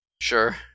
Sure